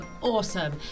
awesome